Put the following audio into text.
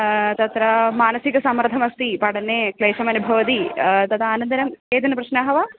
तत्र मानसिकसंमर्दमस्ति पठने क्लेशमनुभवति तदनन्तरं केचन प्रश्नः वा